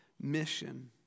mission